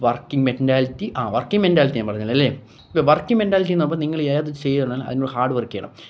working mentality ആ working mentality ഞാൻ പറഞ്ഞില്ലല്ലെ ഇപ്പോള് വർക്കിങ് മെൻറ്റാലിറ്റീന്നെ അപ്പോള് നിങ്ങള് ഏത് ചെയ്യണമെങ്കില് അതിന്റെകൂടെ ഹാഡ് വർക്ക് ചെയ്യണം